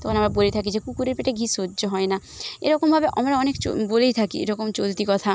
তখন আমরা বলে থাকি যে কুকুরের পেটে ঘি সহ্য হয় না এরকমভাবে আমরা অনেক বলেই থাকি এরকম চলতি কথা